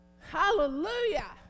Hallelujah